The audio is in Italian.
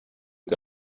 che